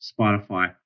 Spotify